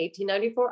1894